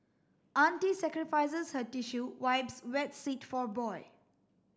auntie sacrifices her tissue wipes wet seat for boy